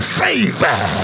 favor